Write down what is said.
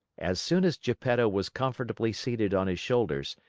as soon as geppetto was comfortably seated on his shoulders,